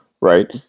right